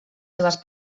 seves